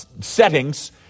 settings